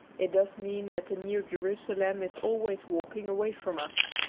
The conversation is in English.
it does mean that the new jerusalem is always walking away from us.